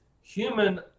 human